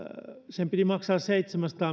sen piti maksaa seitsemänsataa